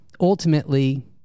ultimately